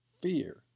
Fear